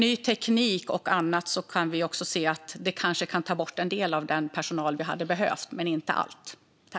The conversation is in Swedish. Ny teknik och annat kan kanske ta bort en del av behovet av ny personal, men inte hela.